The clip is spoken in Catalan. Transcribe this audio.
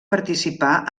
participà